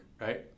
right